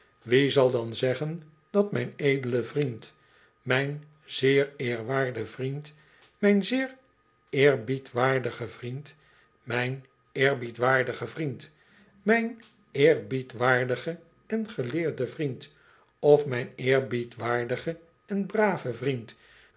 wie zal dan zeggen dat mijn edele vriend mijn zeer eer waarde vriend mijn zoer eerbiedwaardige vriend mijn eerbiedwaardige vriend mijn eerbiedwaardige en geleerde vriend of mijn eerbiedwaardige en brave vriend